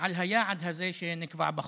על היעד הזה שנקבע בחוק.